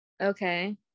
Okay